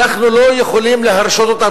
אנחנו לא יכולים להרשות אותן,